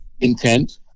intent